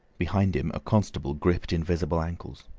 behind him a constable gripped invisible ankles.